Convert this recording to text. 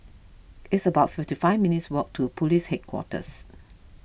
it's about fifty five minutes' walk to Police Headquarters